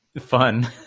fun